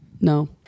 No